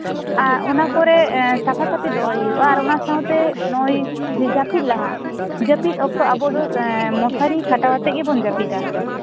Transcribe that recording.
ᱟᱨ ᱚᱱᱟ ᱠᱚᱨᱮ ᱥᱟᱯᱷᱟᱼᱥᱟᱯᱷᱤ ᱫᱚᱦᱚᱭ ᱦᱩᱭᱩᱜᱼᱟ ᱟᱨ ᱚᱱᱟ ᱥᱟᱶᱛᱮ ᱱᱚᱜᱼᱚᱭ ᱡᱟᱯᱤᱫ ᱞᱟᱦᱟ ᱡᱟᱯᱤᱫ ᱚᱠᱛᱚ ᱟᱵᱚ ᱫᱚ ᱮᱸᱜ ᱢᱚᱥᱟᱨᱤ ᱠᱷᱟᱴᱟᱣ ᱠᱟᱛᱮ ᱜᱮ ᱵᱚᱱ ᱡᱟᱯᱤᱫᱟ